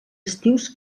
estius